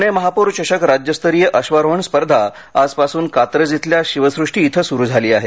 पुणे महापौर चषक राज्यस्तरीय अश्वारोहण स्पर्धा आजपासुन कात्रज इथल्या शिवसृष्टी इथं सुरु झाली आहे